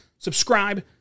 Subscribe